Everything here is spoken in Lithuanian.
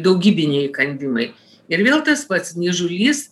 daugybiniai įkandimai ir vėl tas pats niežulys